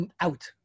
out